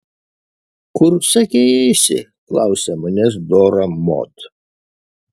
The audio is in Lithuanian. kur sakei eisi klausia manęs dora mod